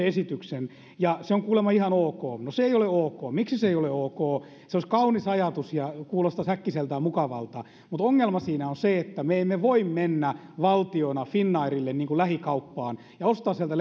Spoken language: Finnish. esityksen ja se on kuulemma ihan ok no se ei ole ok miksi se ei ole ok se olisi kaunis ajatus ja kuulostaisi äkkiseltään mukavalta mutta ongelma siinä on se että me emme voi mennä valtiona finnairille niin kuin lähikauppaan ja ostaa sieltä